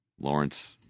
Lawrence